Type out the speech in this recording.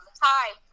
Hi